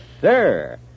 sir